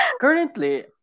currently